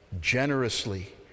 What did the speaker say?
generously